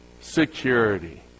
security